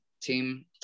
team